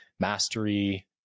Mastery